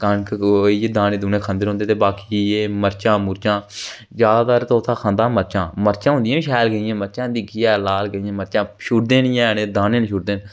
कनक कुनक दाने दूने खंदे रौंह्दे लेइयै बाकी एह् मर्चां मुर्चां जैदातर तोता खंदा मर्चां मर्चां उन्नियां शैल मर्चां दिक्खियै लाल गेदी मर्चां छुड़दे नीं हैन दाने नीं छुड़दे हैन